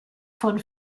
von